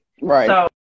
Right